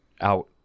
out